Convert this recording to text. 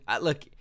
Look